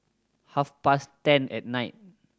half past ten at night